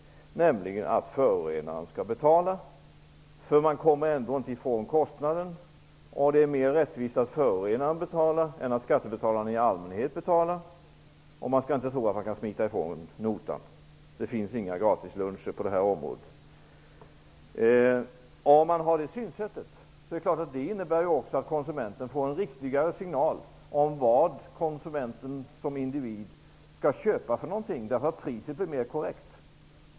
Principen är att förorenaren skall betala, eftersom man ändå inte kommer ifrån kostnaden. Det är mer rättvist att förorenaren betalar än att skattebetalare i allmänhet betalar. Man skall inte tro att man kan smita ifrån notan. Det finns inga gratisluncher på det här området. Om man har det synsättet så är det klart att det också innebär att konsumenten får en riktigare signal om vad konsumenten som individ skall köpa, eftersom priset blir mer korrekt.